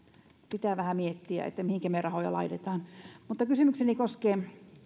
pitää vähän miettiä mihinkä me rahoja laitamme kysymykseni koskee